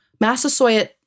Massasoit